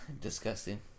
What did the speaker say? Disgusting